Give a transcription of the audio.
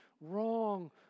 wrong